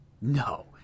No